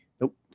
Nope